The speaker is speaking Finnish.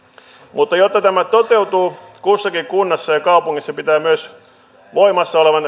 mutta jotta tämä toteutuu kussakin kunnassa ja kaupungissa pitää myös voimassa olevan